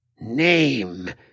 Name